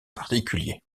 particulier